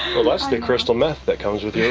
elastic crystal meth that comes with yeah